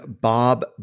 Bob